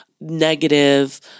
negative